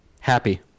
Happy